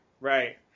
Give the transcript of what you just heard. right